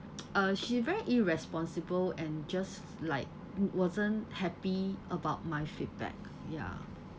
uh she very irresponsible and just like wa~ wasn't happy about my feedback ya